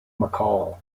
mccall